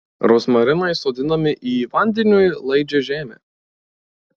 rozmarinai sodinami į vandeniui laidžią žemę